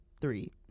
three